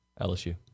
LSU